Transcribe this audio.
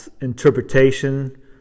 interpretation